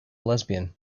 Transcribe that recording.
lesbian